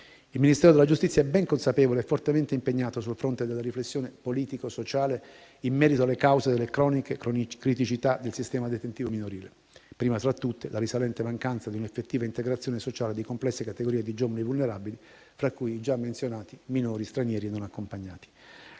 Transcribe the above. Il Ministero della giustizia è ben consapevole e fortemente impegnato sul fronte della riflessione politico-sociale in merito alle cause delle croniche criticità del sistema detentivo minorile, prima fra tutte la risalente mancanza di un'effettiva integrazione sociale di complesse categorie di giovani vulnerabili, fra cui i già menzionati minori stranieri non accompagnati.